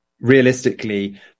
realistically